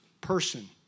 person